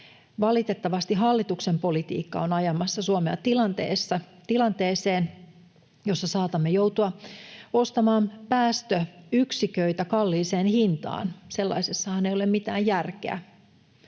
Valitettavasti hallituksen politiikka on ajamassa Suomea tilanteeseen, jossa saatamme joutua ostamaan päästöyksiköitä kalliiseen hintaan. Sellaisessahan ei ole mitään järkeä.